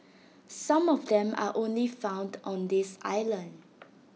some of them are only found on this island